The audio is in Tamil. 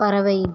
பறவை